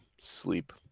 sleep